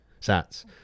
sats